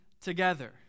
together